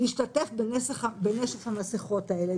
להשתתף בנשף המסכות הזה,